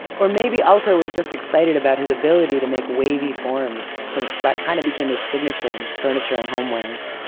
or maybe aalto was just excited about his ability to make wavy forms since that kind of became his signature in his furniture and homewares.